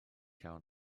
iawn